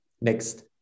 next